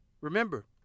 Remember